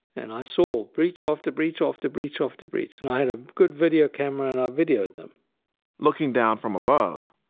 and i saw a breach after breach after breach after breach. and i had a good video camera, and i videoed them looking down from above,